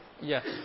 Yes